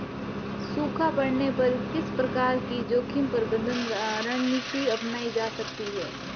सूखा पड़ने पर किस प्रकार की जोखिम प्रबंधन रणनीति अपनाई जा सकती है?